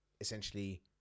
essentially